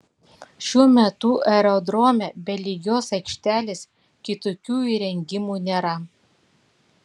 šiuo metu aerodrome be lygios aikštelės kitokių įrengimų nėra